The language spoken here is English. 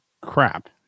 crap